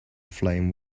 flame